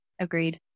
Agreed